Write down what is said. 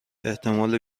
احتمال